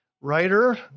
writer